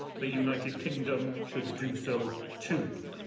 the united kingdom should do so too.